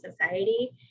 society